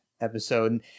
episode